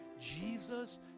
Jesus